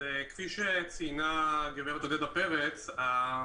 כפי שציינה הגברת עודדה פרץ,